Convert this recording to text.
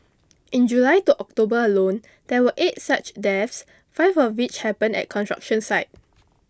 in July to October alone there were eight such deaths five of which happened at construction sites